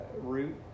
route